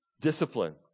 discipline